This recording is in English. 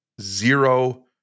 Zero